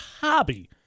Hobby